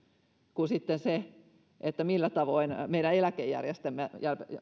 kuin se millä tavoin meidän eläkejärjestelmämme